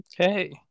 Okay